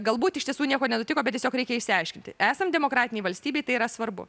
galbūt iš tiesų nieko nenutiko bet tiesiog reikia išsiaiškinti esant demokratinei valstybei tai yra svarbu